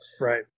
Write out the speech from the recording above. Right